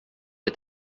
est